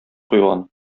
куйган